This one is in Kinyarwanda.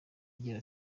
agira